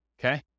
okay